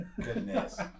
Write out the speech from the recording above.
Goodness